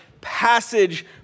passage